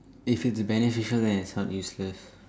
if it's beneficial then it's not useless